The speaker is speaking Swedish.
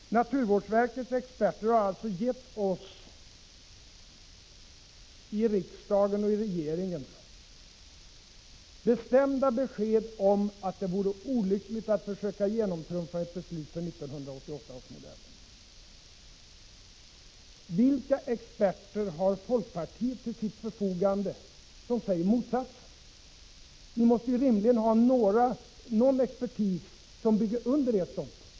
Naturvårdsverkets experter har alltså gett oss i riksdagen och i regeringen bestämda besked om att det vore olyckligt att försöka genomtrumfa ett beslut för 1988 års modeller. Vilka experter har folkpartiet till sitt förfogande som säger motsatsen? Ni måste rimligen ha någon expertis som bygger under era ståndpunkter.